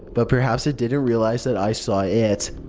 but perhaps it didn't realize that i saw it.